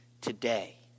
today